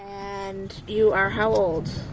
and you are how old?